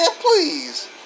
please